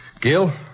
Gil